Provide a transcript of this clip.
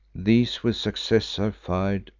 these with success are fir'd,